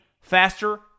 faster